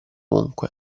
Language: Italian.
ovunque